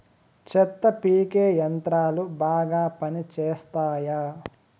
చెత్త పీకే యంత్రాలు బాగా పనిచేస్తాయా?